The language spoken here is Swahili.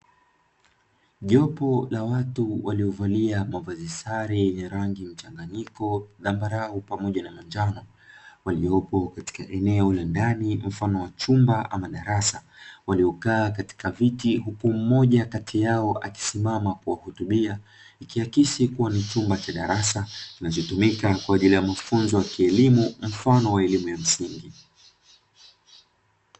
Jopo la watu waliovalia mavazi sare yenye rangi mchanganyiko, zambarau pamoja na manjano; waliopo katika eneo la ndani mfano wa chumba ama darasa, waliokaa katika viti, huku mmoja kati yao akisimama kuwahutubia, ikihakisi kuwa ni chumba cha darasa kinachotumika kwa ajili ya mafunzo ya kielimu mfano wa elimu ya msingi.